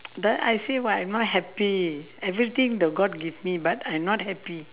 but I say why I not happy everything the god give me but I not happy